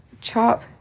chop